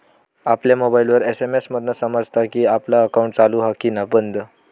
आपल्या मोबाईलवर एस.एम.एस मधना समजता कि आपला अकाउंट चालू हा कि बंद